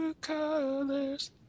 colors